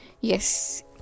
Yes